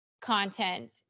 content